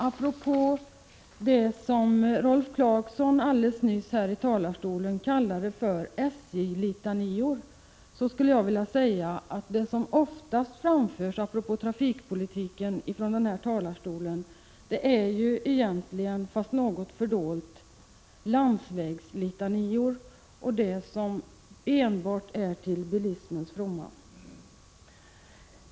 Apropå det som Rolf Clarkson nyss kallade för SJ:s litanior, skulle jag vilja säga att det som från denna talarstol oftast framförs när det gäller trafikpolitikens ansvar egentligen är något fördolda landsvägslitanior. Det är enbart till bilismens fromma.